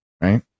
right